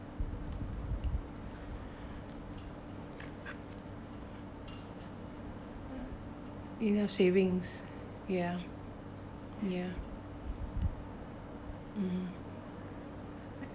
you know savings ya ya (uh huh)